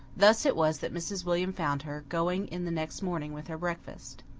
thus it was that mrs. william found her, going in the next morning with her breakfast.